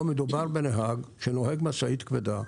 פה מדובר בנהג שנוהג במשאית כבדה,